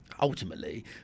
ultimately